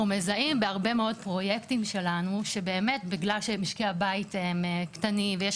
אנחנו מזהים בהרבה מאוד פרויקטים שלנו באמת בגלל משרד הבית קטנים ויש